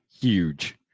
Huge